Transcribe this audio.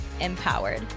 empowered